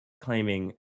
claiming